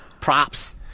Props